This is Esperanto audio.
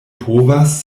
povas